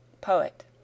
POET